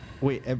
Wait